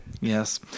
Yes